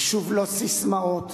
ושוב: לא ססמאות.